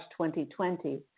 2020